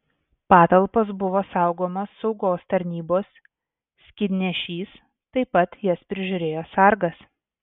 patalpos buvo saugomos saugos tarnybos skydnešys taip pat jas prižiūrėjo sargas